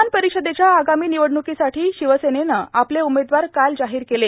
विधान परिषदेच्या आगामी निवडणुक्रीसाठी शिवसेनेनं आपले उमेदवार काल जाहीर केले